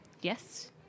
Yes